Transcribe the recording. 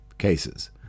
cases